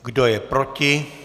Kdo je proti?